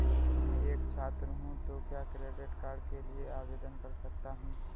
मैं एक छात्र हूँ तो क्या क्रेडिट कार्ड के लिए आवेदन कर सकता हूँ?